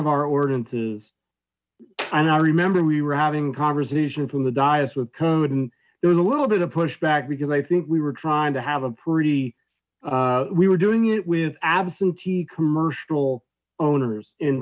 of our audiences and i remember we were having conversation from the dias with code there was a little bit of pushback because i think we were trying to have a pretty we were doing it with absentee commercial owners in